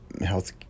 health